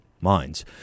minds